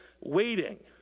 waiting